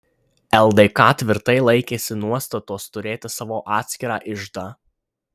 ldk tvirtai laikėsi nuostatos turėti savo atskirą iždą